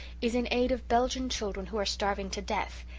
is in aid of belgian children who are starving to death.